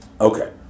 Okay